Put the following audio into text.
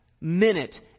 minute